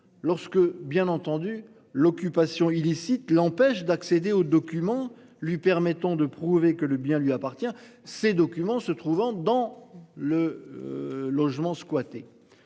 lorsque bien entendu l'occupation illicite, l'empêche d'accéder aux documents lui permettant de prouver que le bien lui appartient. Ces documents se trouvant dans le. Logement squatté.